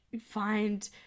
find